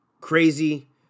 crazy